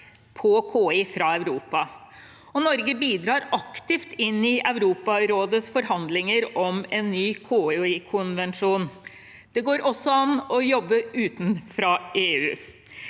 fra Europa, og Norge bidrar aktivt inn i Europarådets forhandlinger om en ny KI-konvensjon. Det går også an å jobbe utenfor EU.